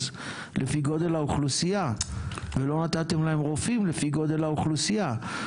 לפי גודל האוכלוסייה ולא נתתם להם רופאים לפי גודל האוכלוסייה.